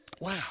Wow